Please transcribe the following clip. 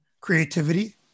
creativity